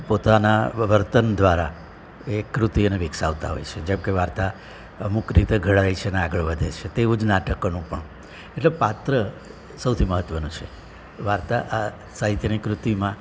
પોતાનાં વર્તન દ્વારા એ કૃતિઓને વિકસાવતા હોય છે જેમકે વાર્તા અમુક રીતે ઘડાય છે અને આગળ વધે છે તેવું જ નાટકોનું પણ એટલે પાત્ર સૌથી મહત્ત્વનું છે વાર્તા આ સાહિત્યની કૃતિમાં